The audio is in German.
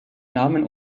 namen